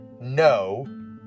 no